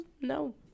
No